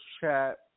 chat